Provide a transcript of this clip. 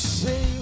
say